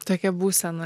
tokia būsena